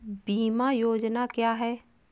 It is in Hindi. बीमा योजना क्या है?